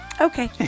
Okay